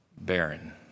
Baron